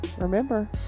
Remember